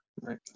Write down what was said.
Right